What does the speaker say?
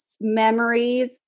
memories